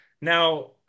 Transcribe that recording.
Now